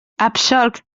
absolc